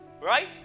right